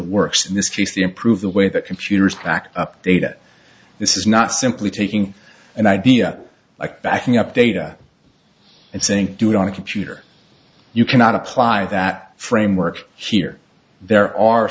works in this case the improve the way that computers back up data this is not simply taking an idea like backing up data and sync do it on a computer you cannot apply that framework here there are